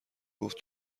گفت